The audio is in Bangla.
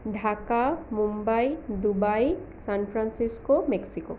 Dhaka Mumbai Dubai San Francisco Mexico